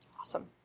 Awesome